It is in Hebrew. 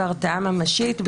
בהתרעה ממשית,